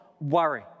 Worry